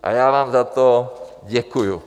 A já vám za to děkuji.